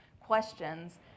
questions